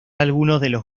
algunos